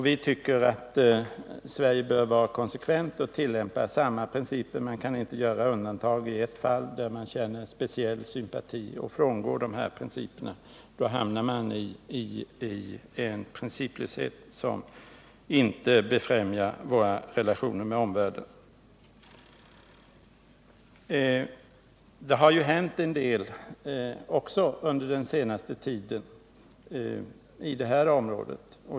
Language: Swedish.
Vi anser att Sverige bör vara konsekvent och alltid tillämpa samma principer. Man kan inte göra undantag i ett fall där man känner speciell sympati och frångå dessa principer. Då skulle man hamna i en principlöshet som inte skulle befrämja våra relationer med omvärlden. Det har inträffat händelser av betydelse under den senaste tiden i det här området.